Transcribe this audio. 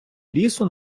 лісу